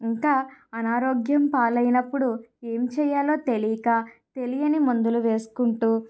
ఇంకా అనారోగ్యం పాలైనప్పుడు ఏమి చేయాలో తెలియక తెలియని మందులు వేసుకుంటూ